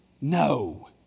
No